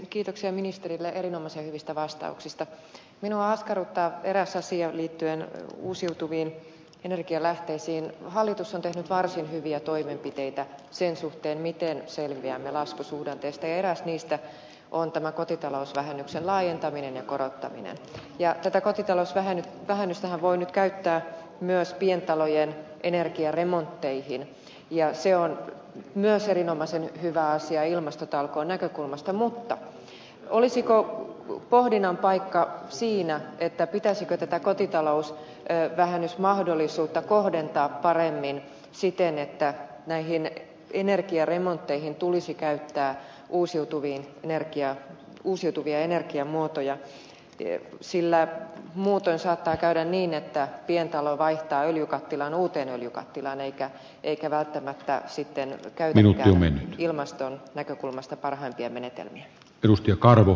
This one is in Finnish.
kiitoksia ministerille erinomaisen hyvistä vastauksista minua askarruttaa eräs asia liittyen uusiutuviin energialähteisiin hallitus on tehnyt varsin hyviä toimenpiteitä sen suhteen miten selviämme laskusuhdanteestaeräs niistä on tämä kotitalousvähennyksen laajentaminen ja korottaminen ja tätä kotitalousvähennys vähennystä voi nyt käyttää myös pientalojen energiaremontteihin ja se on myös erinomaisen hyvä asia ilmastotalkoon näkökulmasta mutta olisiko pohdinnan paikka siinä että pitäisikö tätä kotitalous vähennysmahdollisuutta kohdentaa paremmin siten että näihin energiaremontteihin tulisi käyttää uusiutuviin energia uusiutuvia energiamuotoja tie sillä muuten saattaa käydä niin että pientalo vaihtaa öljykattilan uuteen öljykattilaan eikä eikä välttämättä sitten käymiltään ilmaston näkökulmasta parhaimpia menetelmiä rusty karhu